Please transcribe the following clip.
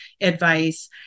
advice